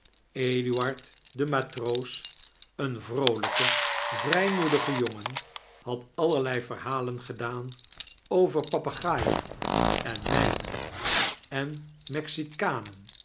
eduaxd de matroos een vroolijke vrijmoedige jongen had allerlei verhalen gedaan over papegaaien en mijnen en mexicanen